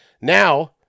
Now